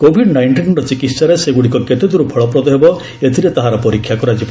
Covid ନାଇଷ୍ଟିନ୍ର ଚିକିତ୍ସାରେ ସେଗୁଡ଼ିକ କେତେଦୂର ଫଳପ୍ରଦ ହେବ ଏଥିରେ ତାହାର ପରୀକ୍ଷା କରାଯିବ